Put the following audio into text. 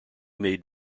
made